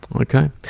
Okay